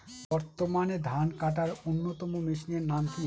বর্তমানে ধান কাটার অন্যতম মেশিনের নাম কি?